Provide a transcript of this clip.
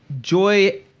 Joy